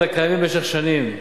אלא קיימים במשך שנים.